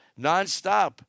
nonstop